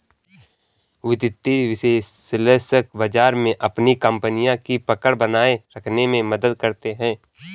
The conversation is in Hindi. वित्तीय विश्लेषक बाजार में अपनी कपनियों की पकड़ बनाये रखने में मदद करते हैं